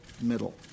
middle